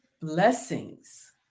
blessings